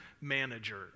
manager